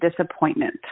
disappointment